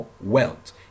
wealth